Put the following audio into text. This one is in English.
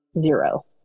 zero